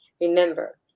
remember